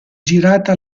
girata